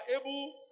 able